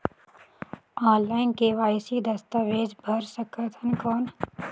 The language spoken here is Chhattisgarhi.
ऑनलाइन के.वाई.सी दस्तावेज भर सकथन कौन?